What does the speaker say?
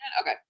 okay